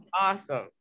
awesome